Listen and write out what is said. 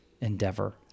endeavor